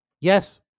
Yes